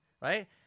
right